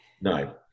no